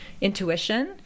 intuition